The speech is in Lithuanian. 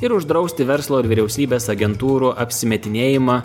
ir uždrausti verslo ir vyriausybės agentūrų apsimetinėjimą